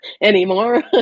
anymore